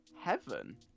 Heaven